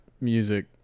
music